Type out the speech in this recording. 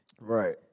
Right